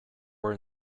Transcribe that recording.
were